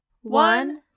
one